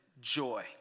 joy